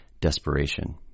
desperation